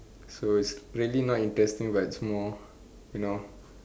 so it's really not interesting but it's more you know